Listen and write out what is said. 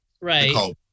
Right